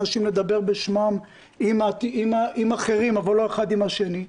שולחים אנשים לדבר בשמם עם אחרים אבל לא אחד עם השני.